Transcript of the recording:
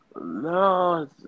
No